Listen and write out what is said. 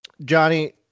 Johnny